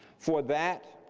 for that,